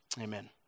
Amen